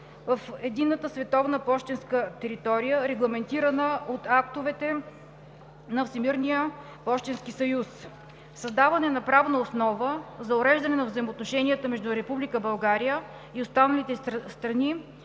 в единната световна пощенска територия, регламентирана от актовете на Всемирния пощенски съюз; - създаване на правна основа за уреждане на взаимоотношенията между Република България и останалите страни